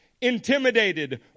intimidated